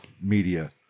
media